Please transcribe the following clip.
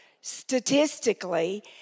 statistically